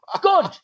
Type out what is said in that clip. Good